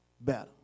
better